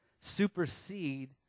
supersede